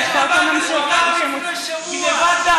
אני לא מבין,